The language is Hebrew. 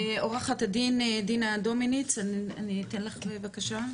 עו"ד דינה דומיניץ, בבקשה.